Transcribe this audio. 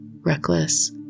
reckless